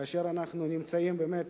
כאשר אנחנו נמצאים באמת